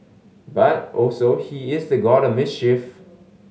but also he is the god of mischief